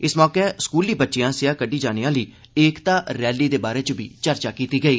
इस मौके स्कूली बच्चें आसेआ कड्डी जाने आहली एकता रैली बारै बी चर्चा कीती गेई